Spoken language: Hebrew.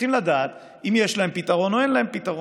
צריכים לדעת אם יש להם פתרון או אין להם פתרון.